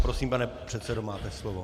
Prosím, pane předsedo, máte slovo.